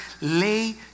lay